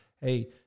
hey